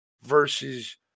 versus